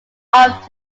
off